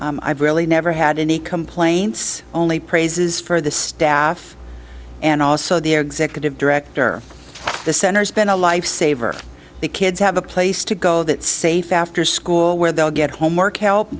i've really never had any complaints only praises for the staff and also the executive director of the center's been a lifesaver the kids have a place to go that safe after school where they'll get homework help